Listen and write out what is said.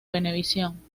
venevisión